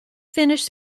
finished